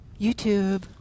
YouTube